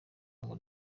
ngo